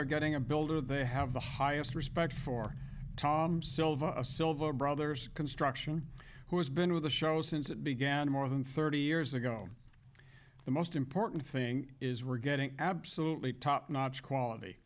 are getting a builder they have the highest respect for tom silva silva brothers construction who has been with the show since it began more than thirty years ago the most important thing is we're getting absolutely top notch quality